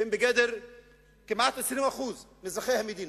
שהם כמעט 20% מאזרחי המדינה,